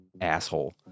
asshole